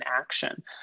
action